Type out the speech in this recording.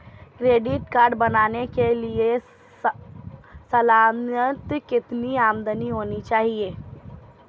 Credit card बनाने के लिए सालाना कितनी आमदनी होनी चाहिए?